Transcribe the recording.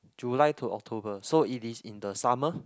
July to October so it is in the summer